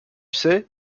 sais